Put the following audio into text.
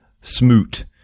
Smoot